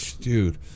Dude